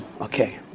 okay